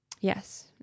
Yes